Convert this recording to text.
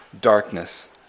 darkness